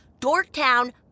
Dorktown